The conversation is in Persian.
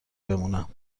بمونم